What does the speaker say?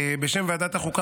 בשם ועדת החוקה,